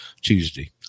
Tuesday